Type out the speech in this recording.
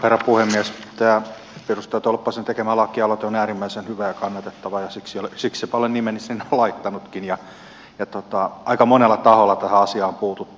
tämä edustaja tolppasen tekemä lakialoite on äärimmäisen hyvä ja kannatettava ja siksipä olen nimeni sinne laittanutkin ja aika monella taholla tähän asiaan on puututtu